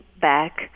back